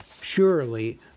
Surely